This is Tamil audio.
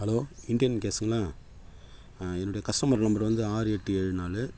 ஹலோ இண்டியன் கேஸுங்களா என்னுடைய கஸ்டமர் நம்பர் வந்து ஆறு எட்டு ஏழு நாலு